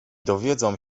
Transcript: dowiedzą